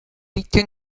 bitte